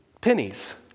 pennies